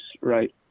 right